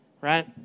right